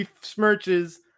smirches